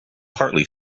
partly